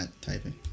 typing